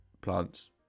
plants